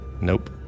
Nope